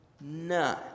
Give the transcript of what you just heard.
none